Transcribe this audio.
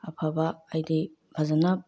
ꯑꯐꯕ ꯍꯥꯏꯗꯤ ꯐꯖꯅ